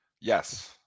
Yes